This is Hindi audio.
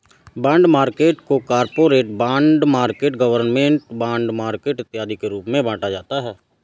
बॉन्ड मार्केट को corporate bond market government bond market इत्यादि के रूप में बांटा जाता है